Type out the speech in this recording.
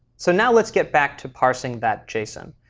so now let's get back to passing that json.